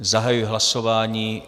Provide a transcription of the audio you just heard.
Zahajuji hlasování.